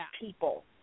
people